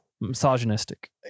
misogynistic